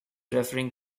referring